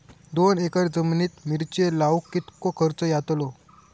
दोन एकर जमिनीत मिरचे लाऊक कितको खर्च यातलो?